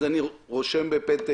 עמדתי היא להתנגד, אני רושם בפתק.